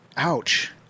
Ouch